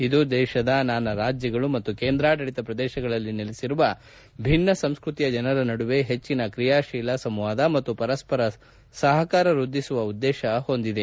ಇದು ದೇಶದ ನಾನಾ ರಾಜ್ಯಗಳು ಮತ್ತು ಕೇಂದ್ರಾದಳಿತ ಪ್ರದೇಶಗಳಲ್ಲಿ ನೆಲೆಸಿರುವ ಭಿನ್ನ ಸಂಸ್ಕೃತಿಯ ಜನರ ನದುವೆ ಹೆಚ್ಚಿನ ಕ್ರಿಯಾಶೀಲ ಸಂವಾದ ಮತ್ತು ಪರಸ್ಪರ ಸಹಕಾರ ವೃದ್ದಿಸುವ ಉದ್ದೇಶವನ್ನು ಹೊಂದಿದೆ